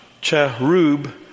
Cherub